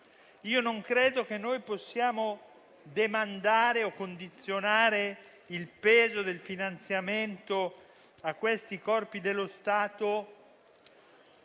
Non credo che possiamo demandare o condizionare il peso del finanziamento a questi corpi dello Stato